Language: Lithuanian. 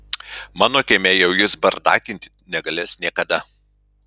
mano kieme jau jis bardakinti negalės niekada